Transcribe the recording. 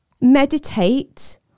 meditate